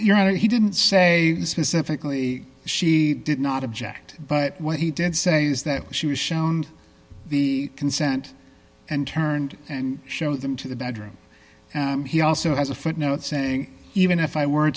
your honor he didn't say specifically she did not object but what he did say is that she was shown the consent and turned and show them to the bedroom he also has a footnote saying even if i were